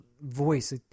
voice